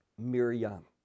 Miriam